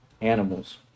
animals